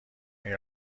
این